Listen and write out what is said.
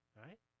right